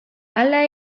hala